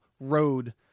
road